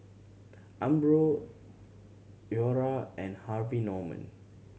Umbro Iora and Harvey Norman